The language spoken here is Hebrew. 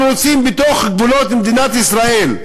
אנחנו רוצים בתוך גבולות מדינת ישראל,